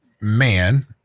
man